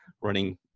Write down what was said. running